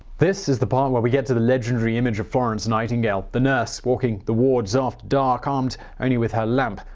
this is the part where we get to the legendary image of florence nightingale, the nurse walking the wards after dark, armed only with her lamp,